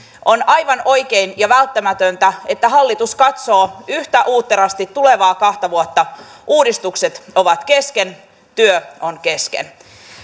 on aivan oikein ja välttämätöntä että hallitus katsoo yhtä uutterasti tulevaa kahta vuotta uudistukset ovat kesken työ on kesken